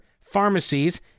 pharmacies